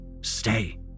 stay